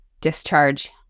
discharge